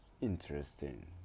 interesting